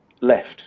left